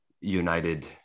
united